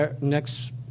next